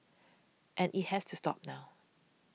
and it has to stop now